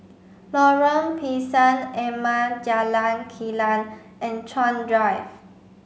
Lorong Pisang Emas Jalan Kilang and Chuan Drive